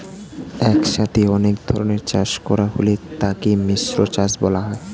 একসাথে অনেক ধরনের চাষ করা হলে তাকে মিশ্র চাষ বলা হয়